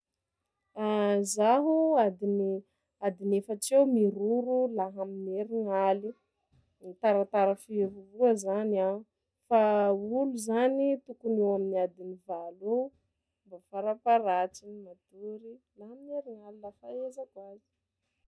Zaho adiny adiny efatsa eo miroro la va amine roaraly, mitaratara firoroha zany aho fa olo zany tokony eo amin'ny adiny valo eo mba fara-paharatsiny matory lahy amin'ery alina fahaizako azy.